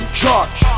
charge